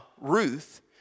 Ruth